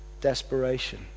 desperation